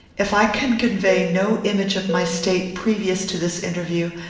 if i can convey no image of my state previous to this interview,